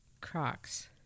Crocs